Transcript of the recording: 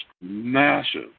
massive